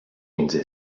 między